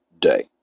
day